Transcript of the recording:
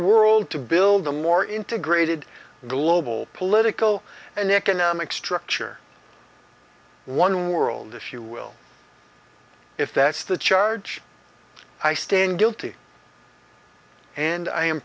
world to build a more integrated global political and economic structure one world if you will if that's the charge i stand guilty and i am